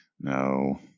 No